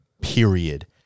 Period